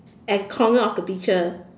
at a corner of the picture